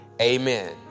Amen